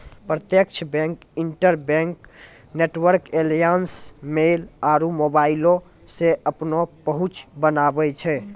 प्रत्यक्ष bank, interbank network alliance, mail आरु मोबाइलो से अपनो पहुंच बनाबै छै